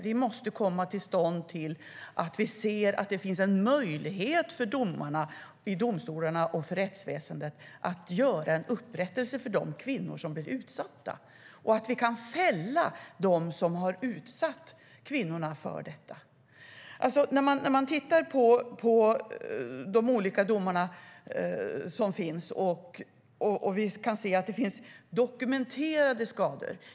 Vi måste komma dithän att vi ser att det finns en möjlighet för domarna, domstolarna och rättsväsendet att ge de kvinnor som blivit utsatta upprättelse och fälla dem som har utsatt kvinnorna för våldtäkt. I de olika domarna kan vi läsa om att det finns dokumenterade skador.